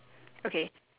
okay